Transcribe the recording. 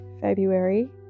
February